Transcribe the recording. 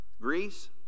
Greece